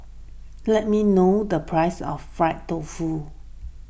let me know the price of Fried Tofu